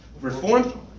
Reform